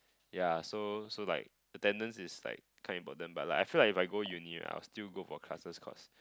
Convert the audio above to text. ya so so like attendance is like quite important but like I feel like if I go uni right I will still go for classes course